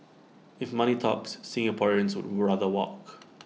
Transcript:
if money talks Singaporeans would rather walk